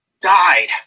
died